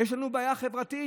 יש לנו בעיה חברתית.